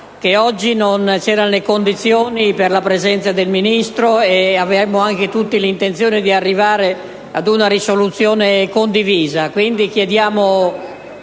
oggi non c'erano le condizioni per la presenza in Aula del Ministro e che avremmo tutti l'intenzione di arrivare a una mozione condivisa,